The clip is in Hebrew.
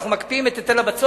אנחנו מקפיאים את היטל הבצורת,